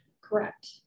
correct